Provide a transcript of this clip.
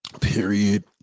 Period